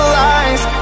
lies